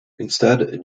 instead